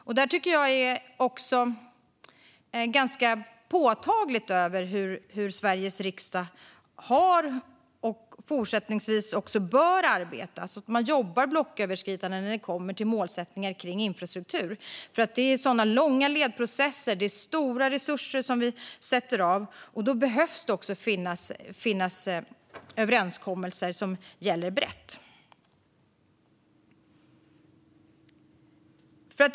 Jag tycker att det är ganska påtagligt hur Sveriges riksdag har arbetat och även fortsättningsvis bör arbeta. Man jobbar blocköverskridande när det kommer till målsättningar kring infrastruktur. Det är långa ledprocesser, och det är stora resurser som vi avsätter. Då behöver det också finnas överenskommelser som gäller brett.